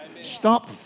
Stop